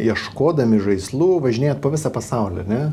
ieškodami žaislų važinėjat po visą pasaulį ar ne